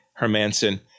Hermanson